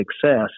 success